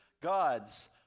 gods